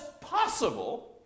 possible